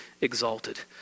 exalted